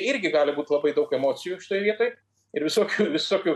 irgi gali būt labai daug emocijų šitoj vietoj ir visokių visokių